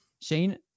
Shane